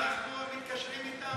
אנחנו לא מתקשרים אתם,